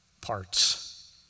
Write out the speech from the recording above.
parts